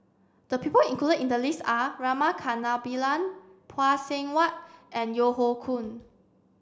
the people included in the list are Rama Kannabiran Phay Seng Whatt and Yeo Hoe Koon